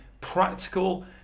practical